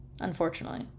unfortunately